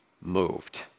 moved